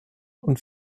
und